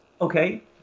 Okay